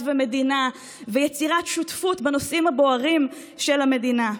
ומדינה ויצירת שותפות בנושאים הבוערים של המדינה.